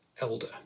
elder